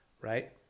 right